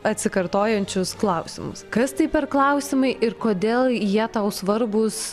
atsikartojančius klausimus kas tai per klausimai ir kodėl jie tau svarbūs